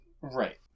Right